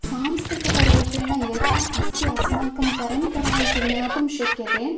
सांस्कृतिकरूपेण यथा अस्ति अस्माकं परम्परा इति ज्ञातुं शक्यते